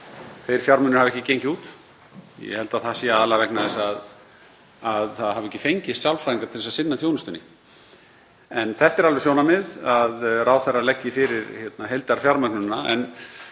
þeir fjármunir hafa ekki gengið út. Ég held að það sé aðallega vegna þess að það hafi ekki fengist sálfræðingar til að sinna þjónustunni. En þetta er alveg sjónarmið að ráðherrar leggi fyrir heildarfjármögnunina.